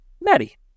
Maddie